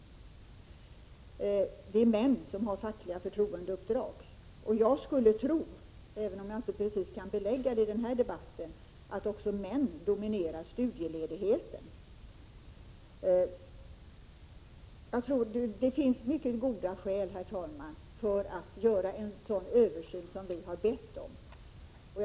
Det är män som har fackliga förtroendeuppdrag. Jag skulle tro — även om jag inte precis kan belägga det i den här debatten — att också män dominerar när det gäller studieledigheterna. Herr talman! Det finns mycket goda skäl att göra den översyn som vi har bett om.